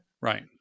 Right